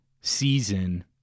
season